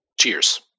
Cheers